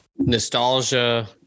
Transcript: Nostalgia